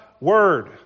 word